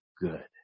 good